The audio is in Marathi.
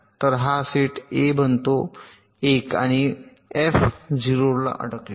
तर हा सेट ए बनतो 1 आणि f 0 ला अडकले